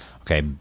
Okay